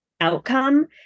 outcome